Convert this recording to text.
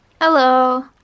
Hello